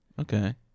Okay